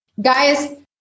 Guys